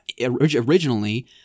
originally